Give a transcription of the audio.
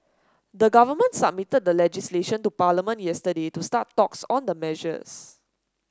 the government submitted the legislation to Parliament yesterday to start talks on the measures